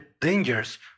dangers